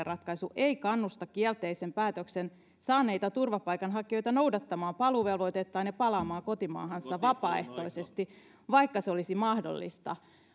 ratkaisu ei kannusta kielteisen päätöksen saaneita turvapaikanhakijoita noudattamaan paluuvelvoitettaan ja palaamaan kotimaahansa vapaaehtoisesti vaikka se olisi mahdollista